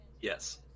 Yes